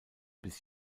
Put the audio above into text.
bis